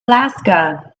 alaska